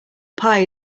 pie